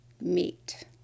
meet